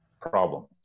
problems